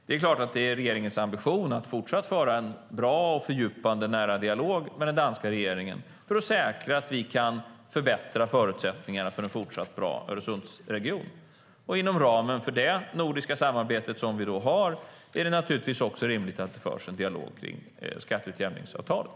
Det är klart att det är regeringens ambition att fortsatt föra en bra, fördjupande och nära dialog med den danska regeringen för att säkra att vi kan förbättra förutsättningarna för en fortsatt bra Öresundsregion. Inom ramen för det nordiska samarbete vi har är det också rimligt att det förs en dialog om skatteutjämningsavtalet.